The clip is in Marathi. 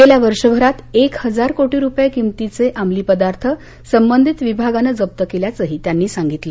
गेल्या वर्षभरात एक हजार कोटी रुपये किमतीचे अमली पदार्थ संबंधित विभागानं जप्त केल्याचंही त्यांनी सांगितलं